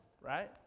right